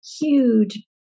huge